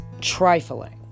trifling